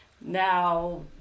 Now